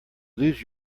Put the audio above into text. lose